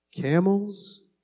camels